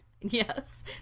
Yes